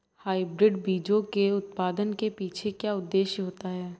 Hybrid बीजों के उत्पादन के पीछे क्या उद्देश्य होता है?